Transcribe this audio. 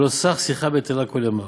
שלא סח שיחה בטלה כל ימיו.